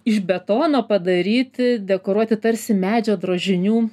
iš betono padaryti dekoruoti tarsi medžio drožinių